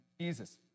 Jesus